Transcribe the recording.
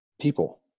people